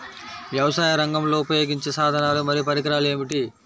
వ్యవసాయరంగంలో ఉపయోగించే సాధనాలు మరియు పరికరాలు ఏమిటీ?